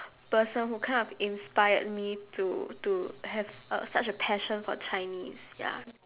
person who kind of inspired me to to have uh such a passion for chinese ya